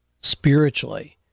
spiritually